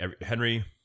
Henry